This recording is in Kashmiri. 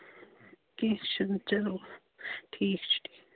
کیٚنٛہہ چھُنہٕ چلو ٹھیٖک چھُ